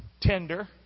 tender